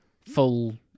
full